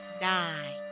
nine